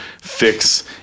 fix